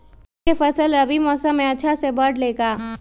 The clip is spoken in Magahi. मूंग के फसल रबी मौसम में अच्छा से बढ़ ले का?